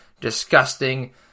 disgusting